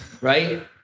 right